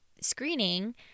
screening